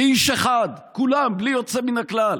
כאיש אחד, כולם בלי יוצא מן הכלל.